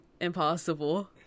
impossible